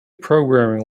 programming